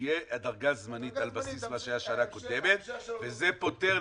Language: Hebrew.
תהיה דרגה זמנית על בסיס מה שהיה בשנה קודמת וזה פותר,